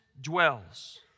dwells